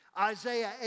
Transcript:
Isaiah